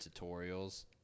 tutorials